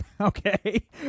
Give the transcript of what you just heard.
Okay